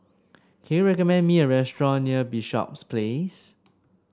can you recommend me a restaurant near Bishops Place